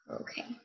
Okay